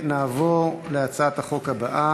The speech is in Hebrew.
הצבעה.